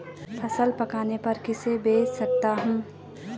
फसल पकने पर किसे बेच सकता हूँ?